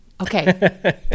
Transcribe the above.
Okay